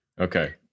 Okay